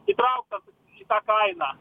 įtrauktas į tą kainą